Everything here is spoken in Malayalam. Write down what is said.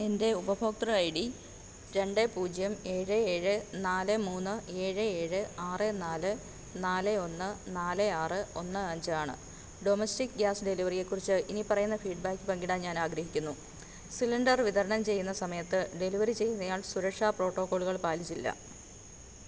എൻ്റെ ഉപഭോക്തൃ ഐ ഡി രണ്ട് പൂജ്യം ഏഴ് ഏഴ് നാല് മൂന്ന് ഏഴ് ഏഴ് ആറ് നാല് നാല് ഒന്ന് നാല് ആറ് ഒന്ന് അഞ്ച് ആണ് ഡൊമസ്റ്റിക് ഗ്യാസ് ഡെലിവറിയെക്കുറിച്ച് ഇനിപ്പറയുന്ന ഫീഡ്ബാക്ക് പങ്കിടാൻ ഞാൻ ആഗ്രഹിക്കുന്നു സിലിണ്ടർ വിതരണം ചെയ്യുന്ന സമയത്ത് ഡെലിവറി ചെയ്യുന്നയാൾ സുരക്ഷാ പ്രോട്ടോക്കോളുകൾ പാലിച്ചില്ല